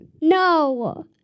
No